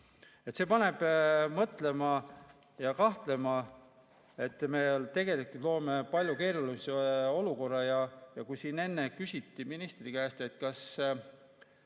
See paneb mõtlema ja kahtlema, et me tegelikult loome palju keerulisema olukorra. Siin enne küsiti ministri käest, kas